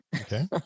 Okay